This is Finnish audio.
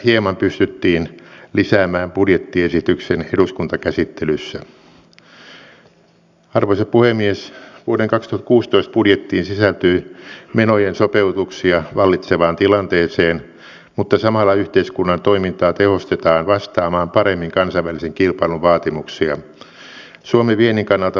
olen tavannut heitä oli erittäin vaikuttava tapaaminen ja sanotaan näin että tällaiselle maallikolle tässä asiassa niin kuin minä olen avasi erittäin hyvin sitä ongelmallisuutta joka heidän kohdallaan on